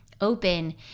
Open